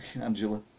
Angela